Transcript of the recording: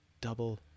double